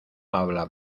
habla